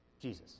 Jesus